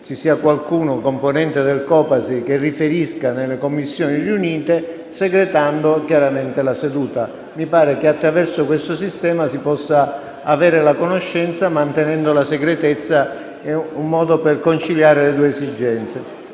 ci sia qualcuno, componente del Copasir, che riferisca nelle Commissioni riunite, segretando chiaramente la seduta. Mi pare che attraverso questo sistema si possa avere la conoscenza, mantenendo la segretezza. È un modo per conciliare le due esigenze.